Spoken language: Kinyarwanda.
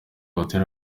hotel